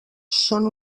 són